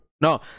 No